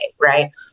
right